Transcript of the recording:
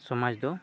ᱥᱚᱢᱟᱡᱽ ᱫᱚ